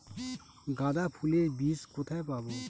গাঁদা ফুলের বীজ কোথায় পাবো?